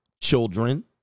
children